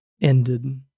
ended